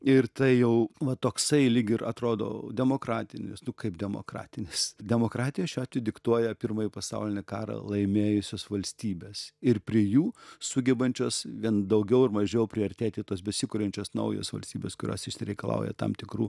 ir tai jau va toksai lyg ir atrodo demokratinis nu kaip demokratinis demokratiją šiuo atveju diktuoja pirmąjį pasaulinį karą laimėjusios valstybės ir prie jų sugebančios vien daugiau ar mažiau priartėti tos besikuriančios naujos valstybės kurios išsireikalauja tam tikrų